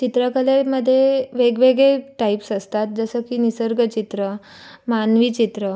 चित्रकलेमध्ये वेगवेगळे टाईप्स असतात जसं की निसर्गचित्र मानवी चित्र